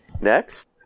Next